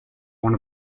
one